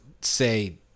say